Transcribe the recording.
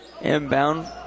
Inbound